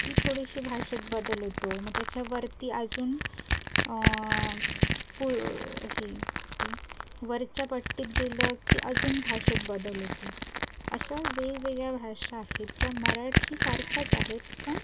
की थोडीशी भाषेत बदल होतो मग त्याच्यावरती अजून पू हे काय ते वरच्या पट्टीत गेलं की अजून भाषेत बदल होतो अशा वेगवेगळ्या भाषा आहेत ज्या मराठी सारख्याच आहेत पण